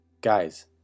Guys